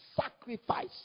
sacrifice